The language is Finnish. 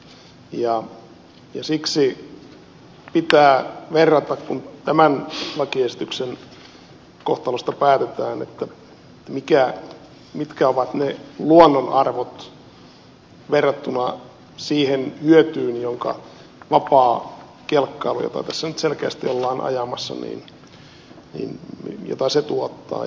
siksi pitää verrata kun tämän lakiesityksen kohtalosta päätetään mitkä ovat ne luonnonarvot verrattuna siihen hyötyyn jonka vapaa kelkkailu jota tässä nyt selkeästi ollaan ajamassa tuottaa